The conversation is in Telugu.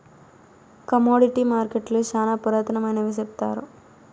కమోడిటీ మార్కెట్టులు శ్యానా పురాతనమైనవి సెప్తారు